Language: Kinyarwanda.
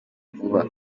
vuba